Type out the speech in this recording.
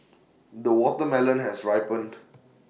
the watermelon has ripened